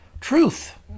truth